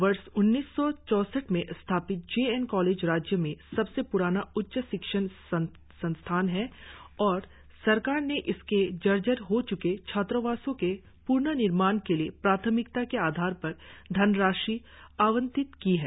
वर्ष उन्नीस सौ चौसठ में स्थापित जे एन कॉलेज राज्य में सबसे प्राना उच्च शिक्षण संस्थान है और सरकार ने इसके जर्जर हो च्के छात्रावासों के पुनर्निमाण के लिए प्राथमिकता के आधार पर धनराशि आवंटित की है